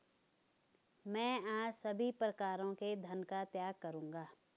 मैं आज सभी प्रकारों के धन का त्याग करूंगा